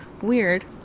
weird